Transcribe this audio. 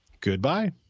Goodbye